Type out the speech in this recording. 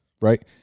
right